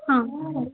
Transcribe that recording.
ಹಾಂ